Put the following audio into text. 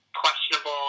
questionable